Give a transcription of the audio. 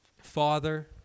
Father